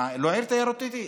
היא לא עיר תיירותית?